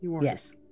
Yes